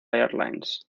airlines